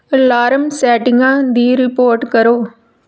alarm ਸੈਟਿੰਗਾਂ ਦੀ report ਕਰੋ